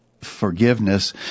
Forgiveness